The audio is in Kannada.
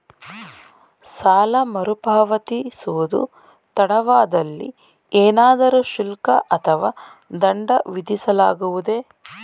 ಸಾಲ ಮರುಪಾವತಿಸುವುದು ತಡವಾದಲ್ಲಿ ಏನಾದರೂ ಶುಲ್ಕ ಅಥವಾ ದಂಡ ವಿಧಿಸಲಾಗುವುದೇ?